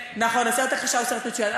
נכון, הסרט "הכחשה" הוא סרט מצוין.